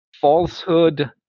falsehood